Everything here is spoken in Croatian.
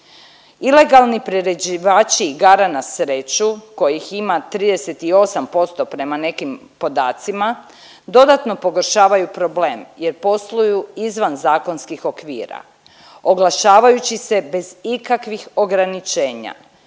Ilegalni priređivači igara na sreću kojih ima 38% prema nekim podacima, dodatno pogoršavaju problem jer posluju izvan zakonskih okvira oglašavajući se bez ikakvih ograničenja.